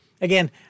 Again